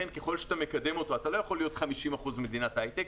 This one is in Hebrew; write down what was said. אתה לא יכול להיות 50% מדינת הייטק,